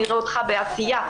נראה אותך בעשייה,